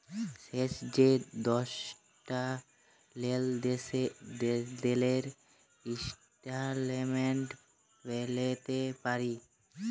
শেষ যে দশটা লেলদেলের ইস্ট্যাটমেল্ট প্যাইতে পারি